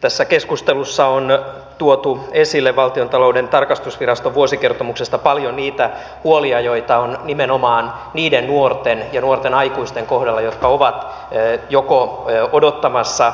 tässä keskustelussa on tuotu esille valtiontalouden tarkastusviraston vuosikertomuksesta paljon niitä huolia joita on nimenomaan niiden nuorten ja nuorten aikuisten kohdalla jotka ovat joko odottamassa